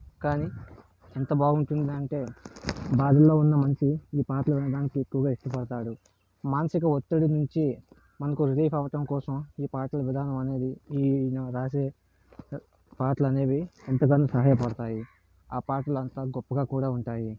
కానీ ఎంత బాగుంటుందంటే దానిలో ఉన్న మంచి ఈ పాటలు ఎక్కువగా వినడానికి ఇష్టపడతాడు మానసిక ఒత్తిడి నుంచి మనకు రిలీఫ్ అవ్వటం కోసం ఈ పాటల విధానం అనేది ఈయన రాసే పాటలనేవి ఎంతగానో సహాయపడతాయి ఆ పాటలు అంత గొప్పగా కూడా ఉంటాయి